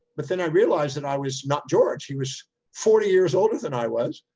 but then i realized that i was not george. he was forty years older than i was.